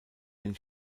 den